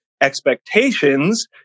expectations